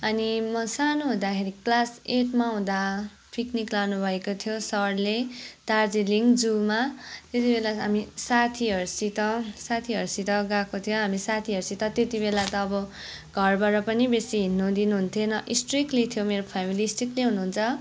अनि म सानो हुँदाखेरि क्लास एटमा हुँदा पिक्निक लानुभएको थियो सरले दार्जिलिङ जुमा त्यति बेला हामी साथीहरूसित साथीहरूसित गएको थियौँ हामी साथीहरूसित त्यति बेला त अब घरबाट पनि बेसी हिँड्न दिनुहुन्थेन थियो स्ट्रिक्ली थियो मेरो फ्यामिली स्ट्रिक्ली हुनुहुन्छ